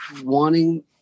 wanting